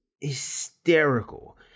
hysterical